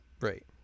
right